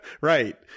Right